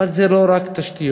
אבל זה לא רק תשתיות.